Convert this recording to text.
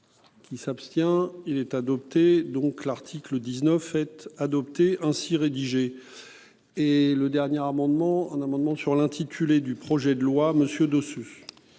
Qui s'abstient il est adopté. Donc l'article 19. Adopter ainsi rédigé. Et le dernier amendement un amendement sur l'intitulé du projet de loi monsieur